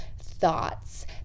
thoughts